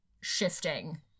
shifting